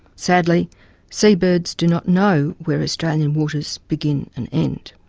sadly seabirds do not know where australian waters begin and end.